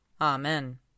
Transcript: Amen